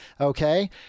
okay